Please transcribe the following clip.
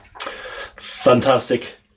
Fantastic